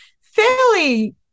fairly